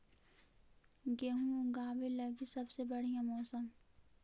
गेहूँ ऊगवे लगी सबसे बढ़िया मौसम?